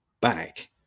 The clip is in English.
back